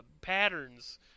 patterns